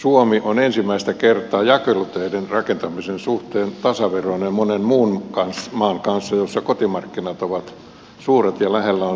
suomi on ensimmäistä kertaa jakeluteiden rakentamisen suhteen tasaveroinen monen muun maan kanssa joissa kotimarkkinat ovat suuret ja lähellä on muita suuria